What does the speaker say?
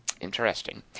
Interesting